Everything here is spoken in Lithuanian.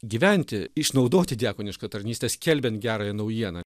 gyventi išnaudoti diakonišką tarnystę skelbiant gerąją naujieną